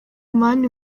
mani